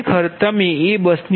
ખરેખર તમે એ બસની